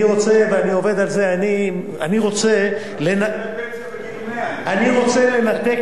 אני רוצה לנתק את הקשר.